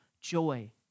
joy